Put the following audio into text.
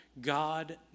God